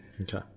Okay